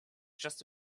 just